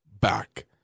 back